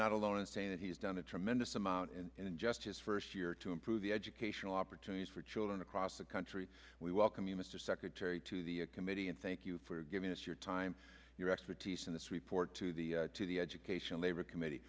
not alone in saying that he's done a tremendous amount and in just his first year to improve the educational opportunities for children across the country we welcome you mr secretary to the committee and thank you for giving us your time your expertise in this report to the to the education labor committee